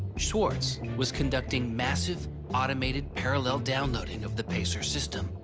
swartz was conducting massive automated parallel downloading of the pacer system.